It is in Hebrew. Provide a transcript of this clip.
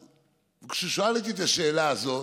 כשהוא שאל אותי את השאלה הזאת,